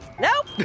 nope